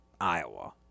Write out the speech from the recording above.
Iowa